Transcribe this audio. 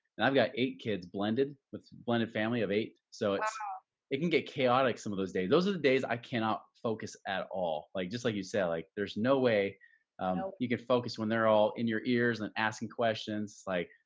and i've got eight kids blended with blended family of eight, so it so it can get chaotic. some of those days, those are the days i cannot focus at all. like, just like you say, like, there's no way you can focus when they're all in your ears and asking questions, like,